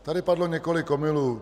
Tady padlo několik omylů.